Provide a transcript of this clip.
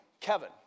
Kevin